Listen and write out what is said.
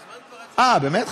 מזמן כבר היה צריך, אה, באמת?